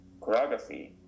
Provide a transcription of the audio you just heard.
choreography